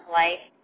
life